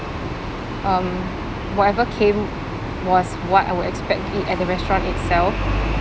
um whatever came was what I would expect it at the restaurant itself